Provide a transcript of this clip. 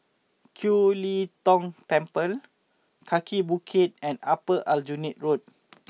Kiew Lee Tong Temple Kaki Bukit and Upper Aljunied Road